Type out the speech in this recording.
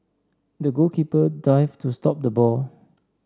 the goalkeeper dived to stop the ball